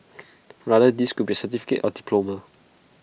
rather this could be A certificate or diploma